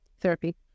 Therapy